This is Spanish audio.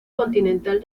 continental